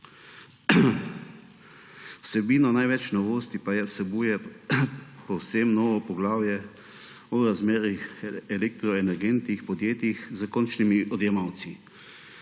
Vsebinsko največ novosti pa vsebuje povsem novo poglavje o razmerjih elektroenergentih podjetjih s končnimi odjemalci.